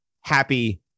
happy